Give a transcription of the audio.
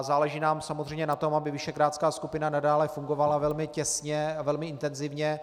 Záleží nám samozřejmě na tom, aby visegrádská skupina fungovala velmi těsně a velmi intenzivně.